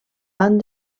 van